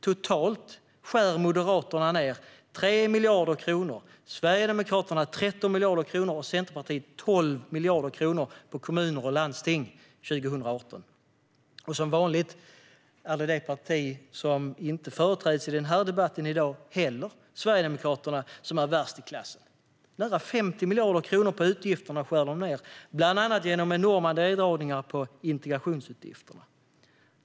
Totalt vill Moderaterna skära ned 3 miljarder kronor, Sverigedemokraterna 13 miljarder kronor och Centerpartiet 12 miljarder kronor på kommuner och landsting 2018. Som vanligt är det det parti som inte företräds i debatten här i dag, Sverigedemokraterna, som är sämst i klassen. Nära 50 miljarder kronor på utgifterna vill de skära ned bland annat genom enorma neddragningar på integrationsutgifterna.